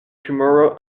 tomorrow